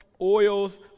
oils